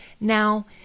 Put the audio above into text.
Now